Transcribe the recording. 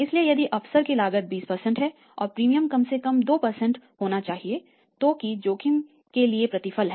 इसलिए यदि अवसर की लागत 20 है तो प्रीमियम कम से कम 2 होना चाहिए जो कि जोखिम के लिए प्रतिफल है